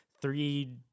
three